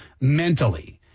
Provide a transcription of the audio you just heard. mentally